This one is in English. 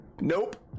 nope